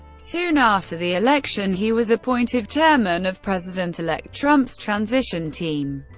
soon after the election, he was appointed chairman of president-elect trump's transition team.